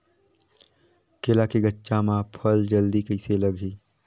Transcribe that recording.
केला के गचा मां फल जल्दी कइसे लगही?